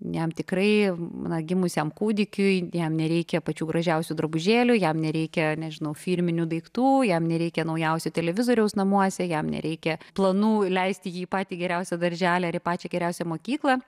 jam tikrai na gimusiam kūdikiui jam nereikia pačių gražiausių drabužėlių jam nereikia nežinau firminių daiktų jam nereikia naujausio televizoriaus namuose jam nereikia planų leisti jį į patį geriausią darželį pačią geriausią mokyklą